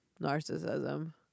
narcissism